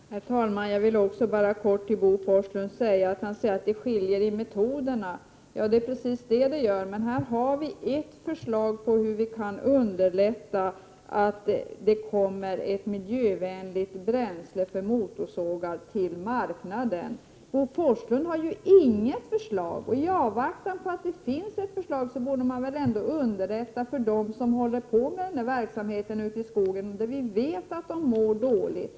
Herr talman! Bo Forslund säger att det skiljer i metoderna mellan utskottsmajoriteten och reservanterna. Det är riktigt. Men här har vi reservanter ett förslag på hur vi kan underlätta att ett miljövänligt bränsle för motorsågar kommer ut på marknaden. Bo Forslund har ju själv inget förslag, och i avvaktan på att ett sådant finns borde man väl underlätta för dem som håller på med denna verksamhet ute i skogen eftersom vi vet att de mår dåligt.